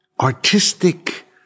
artistic